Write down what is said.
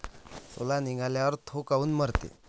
सोला निघाल्यावर थो काऊन मरते?